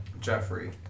Jeffrey